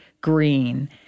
green